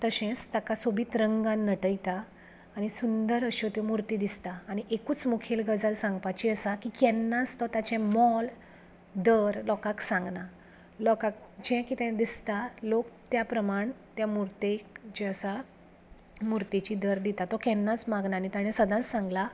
तशेंच ताका सोबीत रंगान नटयता आनी सुंदर अश्यो त्यो मुर्ती दिसता आनी एकूच मुखेल गजाल सांगपाची आसा की केन्नाच तो ताचे मोल दर लोकांक सांगना लोकाक जे कितें दिसता लोक त्या प्रमाण त्या मुर्तेक जे आसा मुर्तेची दर दिता तो केन्नाच मागना आनी तांणे सदांच सांगला